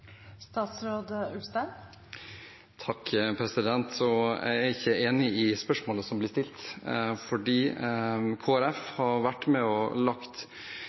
Jeg er ikke enig i spørsmålet som blir stilt, fordi Kristelig Folkeparti har vært med og